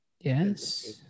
Yes